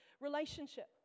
relationship